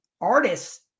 artists